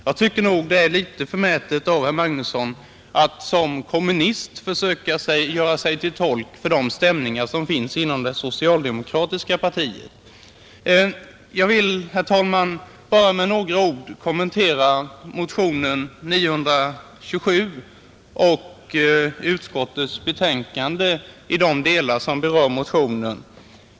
Jag tycker det är litet förmätet av herr Magnusson i Kristinehamn att som kommunist försöka göra sig till tolk för de stämningar som finns inom det socialdemokratiska partiet. Sedan vill jag bara med några ord kommentera motionen 927 och de delar av utskottets betänkande som berör den.